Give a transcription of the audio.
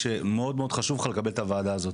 שמאוד מאוד חשוב לך לקבל את הוועדה הזאת.